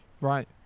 Right